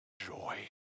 joy